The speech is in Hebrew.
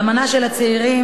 אמנה של הצעירים,